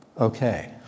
okay